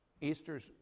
Easter's